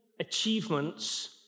achievements